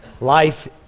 Life